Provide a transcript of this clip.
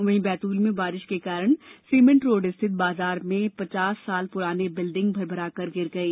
वहीं बैतूल में बारिश के कारण सिमेंट रोड स्थित बाजार में पचास साल पुरानी बिल्डिंग भर भराकर गिर गई